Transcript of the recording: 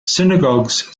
synagogues